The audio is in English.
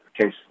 case